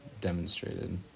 demonstrated